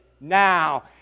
now